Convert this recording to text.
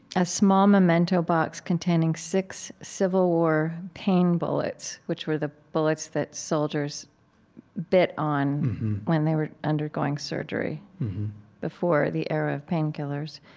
a small memento box containing six civil war pain bullets, which were the bullets that soldiers bit on when they were undergoing surgery before the era of painkillers.